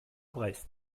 brest